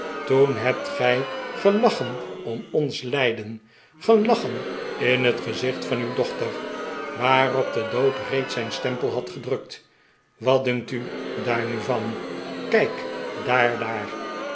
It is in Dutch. toen hebt gij ge lachen om ons lijden gelachen in het gezicht van uw dochter waarop de dood reeds zijn stempel had gedrukt wat'dunkt u daar nu van kijk daar daar